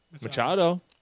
Machado